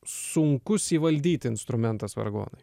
sunkus įvaldyti instrumentas vargonai